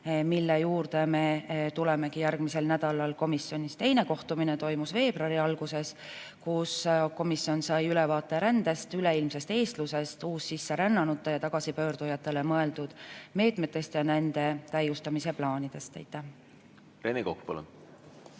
mille juurde me järgmisel nädalal komisjonis tuleme. Teine kohtumine toimus veebruari alguses, kui komisjon sai ülevaate rändest, üleilmsest eestlusest, uussisserännanutele ja tagasipöördujatele mõeldud meetmetest ja nende täiustamise plaanidest. Rene Kokk, palun!